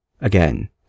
again